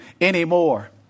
anymore